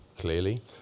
Clearly